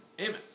amen